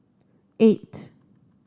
eight